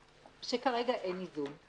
מה שאני רוצה לומר, שכרגע אין איזון.